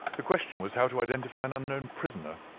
the question was how to identify an unknown prisoner.